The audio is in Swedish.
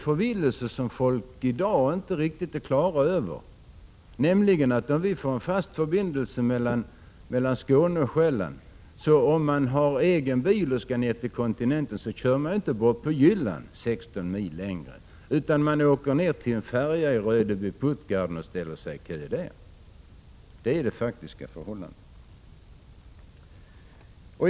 Folk är i dag inte riktigt på det klara med att man, om vi får en fast förbindelse mellan Skåne och Jylland och om man har egen bil, inte kör 16 mil längre bort, till Jylland, utan i stället åker till Rödby och ställer sig i kö för färjan till Puttgarden. Det är det faktiska förhållandet.